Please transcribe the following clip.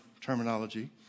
terminology